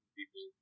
people